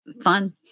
Fun